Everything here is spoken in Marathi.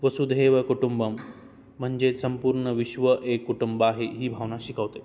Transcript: वसुधैव कुटुंबकम् म्हणजेच संपूर्ण विश्व एक कुटुंब आहे ही भावना शिकवते